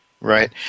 Right